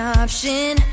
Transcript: option